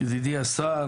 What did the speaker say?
ידידי השר,